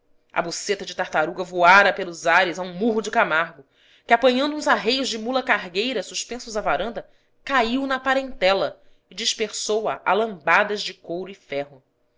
a boceta de tartaruga voara pelos ares a um murro do camargo que apanhando uns arreios de mula cargueira suspensos à varanda caiu na parentela e dispersou a a lambadas de couro e ferro